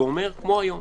זה אומר כמו היום: